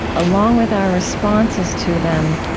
along with our responses to them,